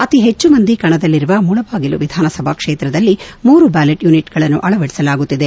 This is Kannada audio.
ಅತಿ ಹೆಚ್ಚು ಮಂದಿ ಕಣದಲ್ಲಿರುವ ಮುಳಬಾಗಿಲು ವಿಧಾನಸಭಾ ಕ್ಷೇತ್ರದಲ್ಲಿ ಮೂರು ಬ್ಯಾಲೆಟ್ ಯೂನಿಟ್ಗಳನ್ನು ಅಳವಡಿಸಲಾಗುತ್ತಿದೆ